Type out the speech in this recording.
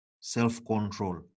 Self-control